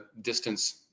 distance